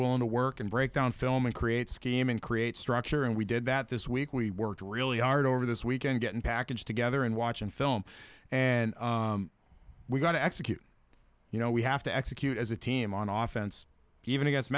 willing to work and break down film and create scheme and create structure and we did that this week we worked really hard over this weekend getting packaged together and watching film and we got to execute you know we have to execute as a team on off and even